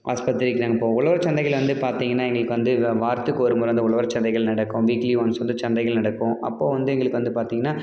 ஆஸ்பத்திரிக்கு நாங்கள் போவோம் உழவர் சந்தைகள் வந்து பார்த்தீங்கன்னா எங்களுக்கு வந்து வ வாரத்துக்கு ஒரு முறை தான் உழவர் சந்தைகள் நடக்கும் வீக்லி ஒன்ஸ் வந்து சந்தைகள் நடக்கும் அப்போது வந்து எங்களுக்கு வந்து பார்த்தீங்கன்னா